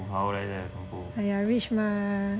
土豪来的全部